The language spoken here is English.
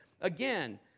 again